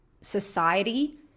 society